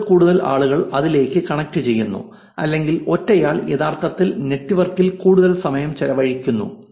കൂടുതൽ കൂടുതൽ ആളുകൾ അതിലേക്ക് കണക്റ്റുചെയ്യുന്നു അല്ലെങ്കിൽ ഒറ്റയാൾ യഥാർത്ഥത്തിൽ നെറ്റ്വർക്കിൽ കൂടുതൽ സമയം ചെലവഴിക്കുന്നു